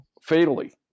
fatally